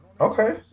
Okay